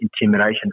intimidation